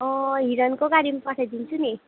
हिरणको गाडीमा पठाइदिन्छु नि